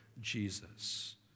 Jesus